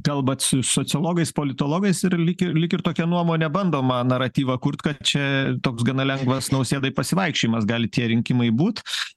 kalbat su sociologais politologais ir lyg ir lyg ir tokią nuomonę bandoma naratyvą kurt kad čia toks gana lengvas nausėdai pasivaikščiojimas gali tie rinkimai būt